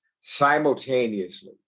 simultaneously